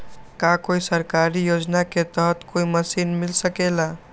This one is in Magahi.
का कोई सरकारी योजना के तहत कोई मशीन मिल सकेला?